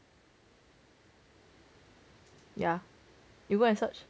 ya you go and search